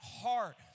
heart